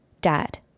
Dad